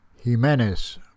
Jimenez